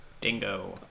Dingo